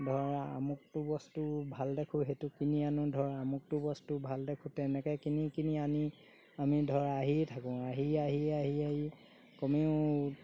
ধৰ আমুকটো বস্তু ভাল দেখোঁ সেইটো কিনি আনো ধৰ আমুকটো বস্তু ভাল দেখোঁ তেনেকৈ কিনি কিনি আনি আমি ধৰ আহিয়ে থাকোঁ আহি আহি আহি আহি কমেও